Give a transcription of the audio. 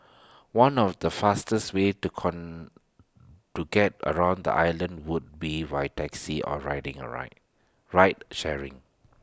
one of the fastest ways to con to get around the island would be via taxi or riding A ride ride sharing